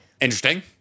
interesting